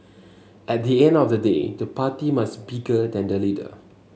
at the end of the day the party must bigger than the leader